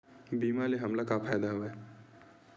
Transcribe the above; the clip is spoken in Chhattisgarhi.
बीमा ले हमला का फ़ायदा हवय?